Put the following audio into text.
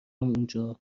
اونجا